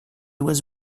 was